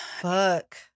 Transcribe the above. fuck